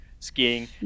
skiing